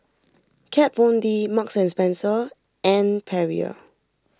Kat Von D Marks and Spencer and Perrier